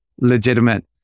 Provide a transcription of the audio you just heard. legitimate